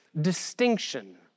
distinction